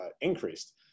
increased